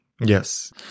Yes